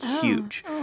huge